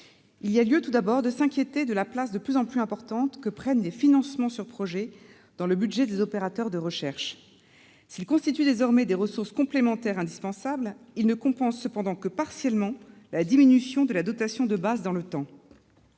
Il y a lieu, tout d'abord, de s'inquiéter de la place de plus en plus importante que prennent les financements sur projets dans le budget des opérateurs de recherche. S'ils constituent désormais des ressources complémentaires indispensables, ils ne compensent que partiellement la diminution de la dotation de base dans le temps.